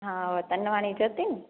हा हूअ तनवाणी ज्योति न